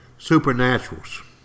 supernaturals